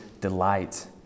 delight